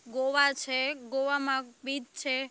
ગોવા છે ગોવામાં બીચ છે